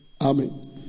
Amen